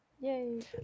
Yay